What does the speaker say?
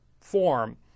form